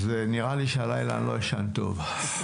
ונראה לי שהלילה אני לא אשן טוב.